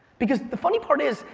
because the funny part is,